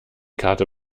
karte